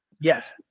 Yes